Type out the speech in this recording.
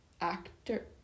actor